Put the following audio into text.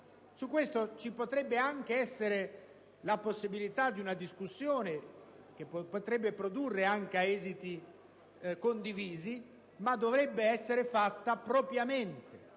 Su questo ci potrebbe anche essere la possibilità di sviluppare una discussione, che potrebbe portare anche ad esiti condivisi, ma dovrebbe essere fatta propriamente,